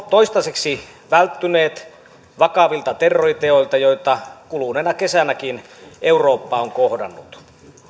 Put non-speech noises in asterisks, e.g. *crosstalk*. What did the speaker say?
*unintelligible* toistaiseksi välttyneet vakavilta terroriteoilta joita kuluneena kesänäkin eurooppa on kohdannut